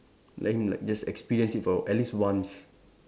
let him like just experience it for at least once